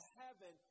heaven